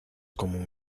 común